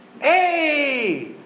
Hey